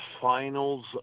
finals